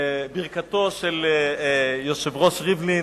ברכתו של היושב-ראש ריבלין